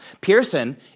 Pearson